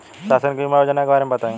शासन के बीमा योजना के बारे में बताईं?